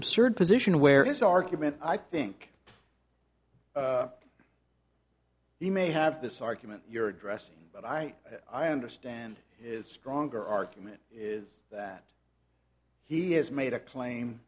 absurd position where his argument i think he may have this argument you're addressing but i i understand stronger argument is that he has made a claim